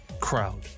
Crowd